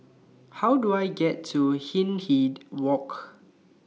How Do I get to Hindhede Walk